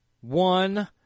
one